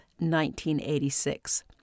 1986